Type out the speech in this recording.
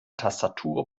tastatur